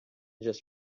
just